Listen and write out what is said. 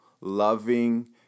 loving